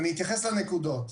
אני אתייחס לנקודות.